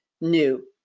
new